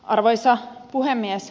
arvoisa puhemies